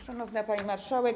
Szanowna Pani Marszałek!